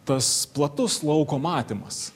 tas platus lauko matymas